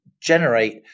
generate